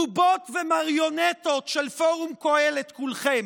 בובות ומריונטות של פורום קהלת כולכם,